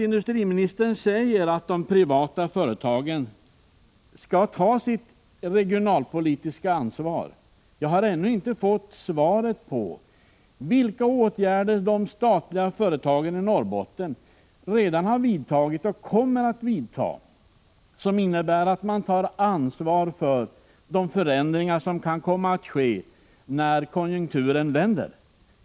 Industriministern säger att de privata företagen skall ta sitt regionalpolitiska ansvar. Men jag har ännu inte fått svar på vilka åtgärder de statliga företagen i Norrbotten redan vidtagit och kommer att vidta som innebär att man tar ansvar för de förändringar som kan komma att ske när konjunkturen vänder.